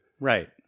Right